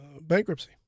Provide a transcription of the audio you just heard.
bankruptcy